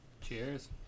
Cheers